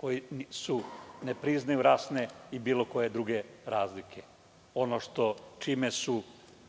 koji ne priznaju rasne i bilo koje druge razlike, ono čime su,